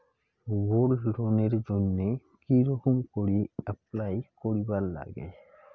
Gold লোনের জইন্যে কি রকম করি অ্যাপ্লাই করিবার লাগে?